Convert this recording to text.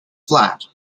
flat